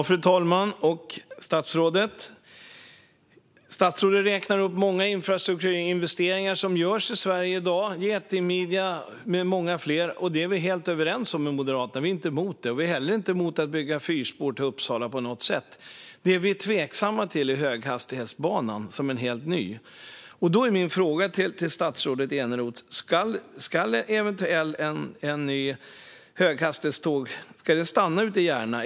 Fru talman! Statsrådet räknar upp många infrastrukturinvesteringar i Sverige i dag - Getingmidjan och mycket annat. Vi i Moderaterna är inte emot det. Vi är heller inte på något sätt emot att bygga fyrspår till Uppsala. Det vi är tveksamma till är höghastighetsbanan, som är något helt nytt. Då är min fråga till statsrådet Eneroth: Ska eventuella höghastighetståg stanna ute i Järna?